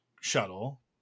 shuttle